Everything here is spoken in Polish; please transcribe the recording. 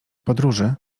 podróży